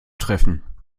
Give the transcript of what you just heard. treffen